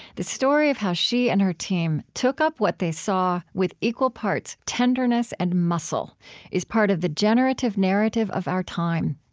the story of how she and her team took up what they saw with equal parts tenderness and muscle is part of the generative narrative of our time.